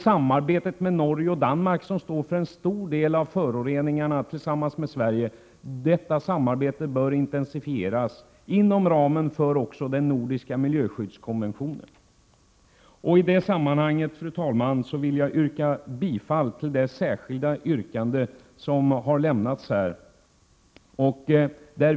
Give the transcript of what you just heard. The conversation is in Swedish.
Samarbetet med Norge och Danmark, som tillsammans med Sverige står för en stor del av föroreningarna, bör intensifieras inom ramen för den nordiska miljöskyddskonventionen. Med detta, fru talman, vill jag yrka bifall till motion Jo24 punkt 3.